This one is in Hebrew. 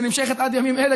שנמשכת עד ימים אלה,